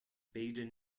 baden